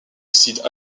oxydes